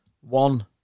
One